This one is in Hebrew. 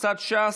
קבוצת סיעת ש"ס,